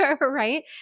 right